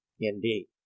indeed